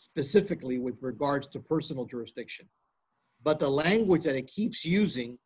specifically with regards to personal jurisdiction but the language that he keeps using